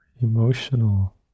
emotional